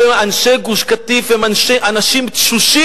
הם אומרים: אנשי גוש-קטיף הם אנשים תשושים.